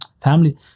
family